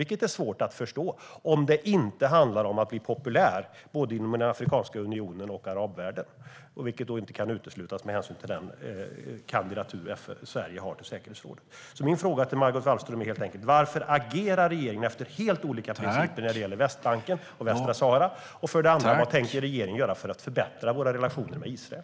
Det är svårt att förstå det om det inte handlar om att bli populär både inom Afrikanska unionen och arabvärlden, vilket inte kan uteslutas med hänsyn till den kandidatur som Sverige har till FN:s säkerhetsråd. Mina frågor till Margot Wallström är: Varför agerar regeringen efter helt olika principer när det gäller Västbanken och Västsahara? Och vad tänker regeringen göra för att förbättra våra relationer med Israel?